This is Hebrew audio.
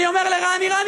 אני אומר לרני: רני,